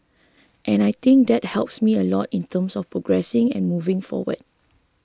and I think that helps me a lot in terms of progressing and moving forward